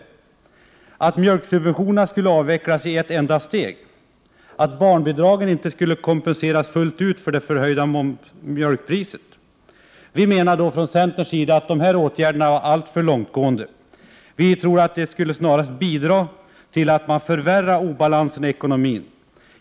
Vidare föreslogs att mjölksubventionerna skulle avvecklas i ett enda steg och att barnfamiljerna — via barnbidragen — inte skulle kompenseras fullt ut för höjningen av mjölkpriset. Vi menar från centerns sida att dessa åtgärder var alltför långtgående. De skulle snarast bidra till att man förvärrar obalansen i ekonomin.